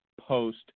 post